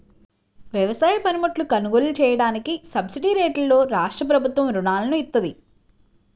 వ్యవసాయ పనిముట్లు కొనుగోలు చెయ్యడానికి సబ్సిడీరేట్లలో రాష్ట్రప్రభుత్వం రుణాలను ఇత్తంది